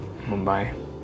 Mumbai